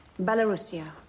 Belarusia